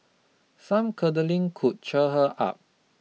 some curdling could cheer her up